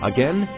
Again